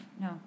No